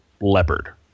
Leopard